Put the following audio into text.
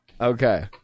Okay